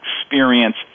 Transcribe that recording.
experience